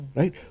right